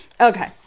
Okay